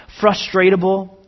frustratable